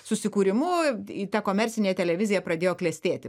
susikūrimu ta komercinė televizija pradėjo klestėti